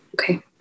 Okay